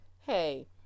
Hey